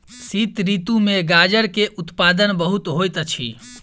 शीत ऋतू में गाजर के उत्पादन बहुत होइत अछि